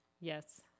Yes